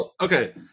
Okay